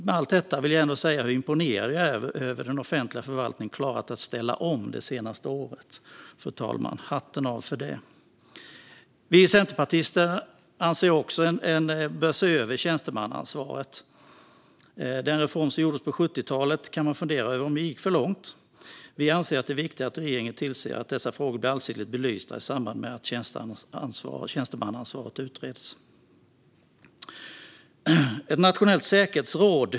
Med detta sagt vill jag ändå uttrycka hur imponerad jag är över hur den offentliga förvaltningen klarat att ställa om det senaste året, fru talman. Hatten av för det! Vi centerpartister anser också att vi bör se över tjänstemannaansvaret. Man kan fundera över om den reform som gjordes på 70-talet gick för långt. Vi anser att det är viktigt att regeringen tillser att dessa frågor blir allsidigt belysta i samband med att tjänstemannaansvaret utreds. Vi pekar på ett nationellt säkerhetsråd.